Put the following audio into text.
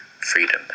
freedom